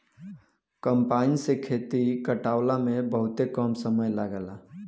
combine से खेत कटावला में बहुते कम समय लागेला